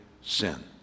sin